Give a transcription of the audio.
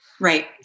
Right